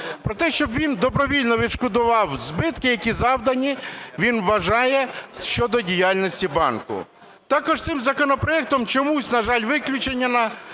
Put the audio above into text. про те, щоб він добровільно відшкодував збитки, які завдані, він вважає, щодо діяльності банку. Також цим законопроектом чомусь, на жаль, виключене